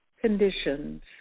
conditions